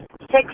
Six